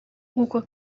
nk’uko